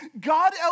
God